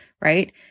right